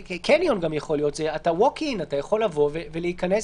בשניהם אתה יכול לבוא ולהיכנס,